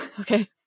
Okay